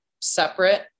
separate